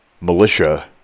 militia